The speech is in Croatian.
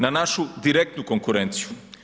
Na našu direktnu konkurenciju.